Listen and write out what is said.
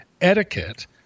etiquette